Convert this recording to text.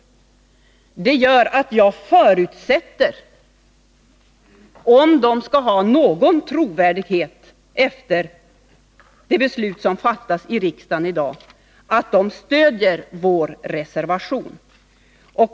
Skall de borgerliga ledamöterna kunna behålla någon trovärdighet efter beslutsfattandet i riksdagen i dag, förutsätter jag att de stöder vår reservation.